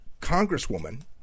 congresswoman